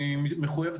מחויב.